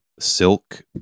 silk